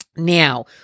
Now